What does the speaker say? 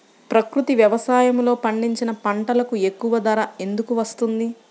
ప్రకృతి వ్యవసాయములో పండించిన పంటలకు ఎక్కువ ధర ఎందుకు వస్తుంది?